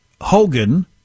Hogan